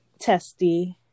testy